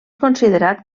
considerat